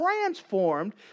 transformed